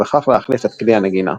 ובכך להחליף את כלי הנגינה.